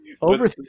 over